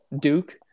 Duke